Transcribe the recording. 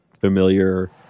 familiar